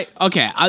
Okay